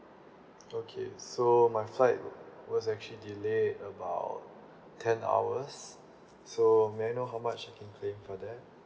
okay so my flight was actually delayed about ten hours so may I know how much I can claim for that